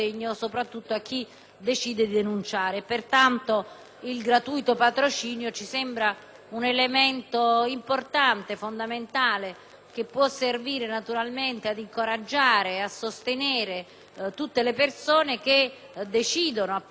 un elemento importante e fondamentale che può servire ad incoraggiare e a sostenere tutte le persone che decidono, eventualmente siano incorse in questo tipo di legami o in questo tipo di